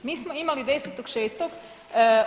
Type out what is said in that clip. Mi smo imali 10.6.